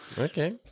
Okay